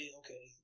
okay